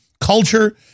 culture